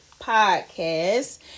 podcast